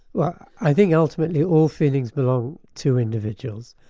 well, i think ultimately all feelings belong to individuals,